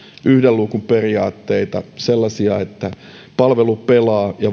yhden luukun periaatetta sellaisia että palvelu pelaa ja